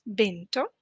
vento